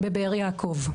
בבאר יעקב.